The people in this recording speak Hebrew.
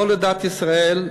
לא לדת ישראל,